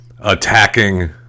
attacking